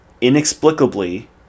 Inexplicably